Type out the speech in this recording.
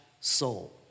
soul